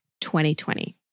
2020